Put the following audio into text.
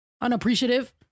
unappreciative